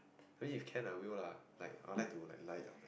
I mean if can I will lah like I would like to like lie it up like